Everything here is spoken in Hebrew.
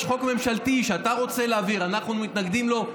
יש חוק ממשלתי שאתה רוצה להעביר ואנחנו מתנגדים לו,